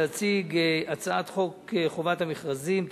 להציג את הצעת חוק חובת המכרזים (תיקון,